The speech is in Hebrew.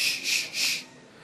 נגד או נמנעים, אין.